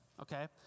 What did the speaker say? Okay